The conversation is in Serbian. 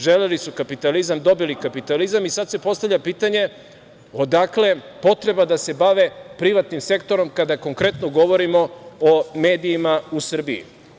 Želeli su kapitalizam, dobili kapitalizam i sada se postavlja pitanje – odakle potreba da se bave privatnim sektorom, kada konkretno govorimo o medijima u Srbiji?